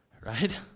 right